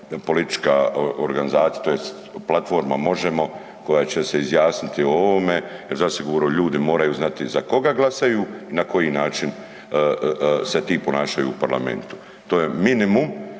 politička organizacija tj. platforma Možemo koja će se izjasniti o ovome jer zasigurno ljudi moraju znati za koga glasaju i na koji način se ti ponašaju u parlamentu. To je minimum